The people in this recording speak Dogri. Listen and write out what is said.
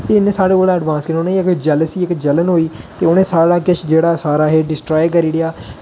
इन्ने साढ़े कोला एडवांस की न उ'नेंगी साढ़े कोला जैलसी इक जलन होई ते उ'नें सारा किश जेह्ड़ा सारा एह् डिस्ट्राय करी ओड़ेआ